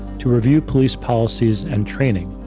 to review police policies and training,